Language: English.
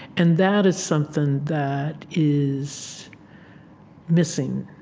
and that is something that is missing,